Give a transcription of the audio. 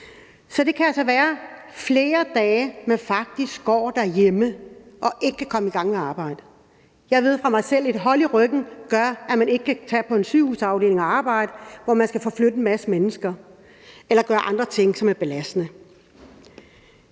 Så det kan altså være, at man faktisk går derhjemme i flere dage og ikke kan komme i gang med at arbejde. Jeg ved fra mig selv, at et hold i ryggen gør, at man ikke kan tage på arbejde i en sygehusafdeling, hvor man skal flytte en masse mennesker eller gøre andre ting, som er belastende.